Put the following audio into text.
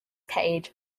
cage